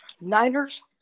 Niners –